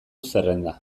zerrenda